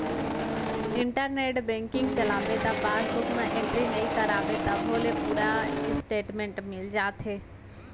internet banking चलाबे त passbook म एंटरी नइ कराबे तभो ले पूरा इस्टेटमेंट मिल जाथे